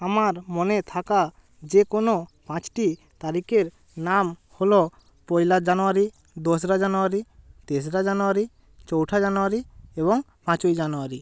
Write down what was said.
আমার মনে থাকা যে কোনও পাঁচটি তারিখের নাম হলো পয়লা জানুয়ারি দোসরা জানুয়ারি তেসরা জানুয়ারি চৌঠা জানুয়ারি এবং পাঁচই জানুয়ারি